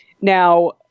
Now